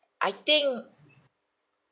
I think